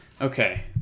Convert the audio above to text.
okay